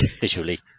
visually